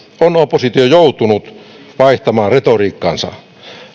on oppositio joutunut vaihtamaan retoriikkaansa